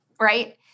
right